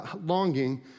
longing